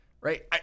right